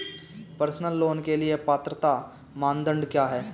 Personal loan के लिए पात्रता मानदंड क्या हैं?